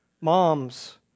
moms